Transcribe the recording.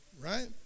right